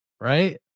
Right